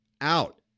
out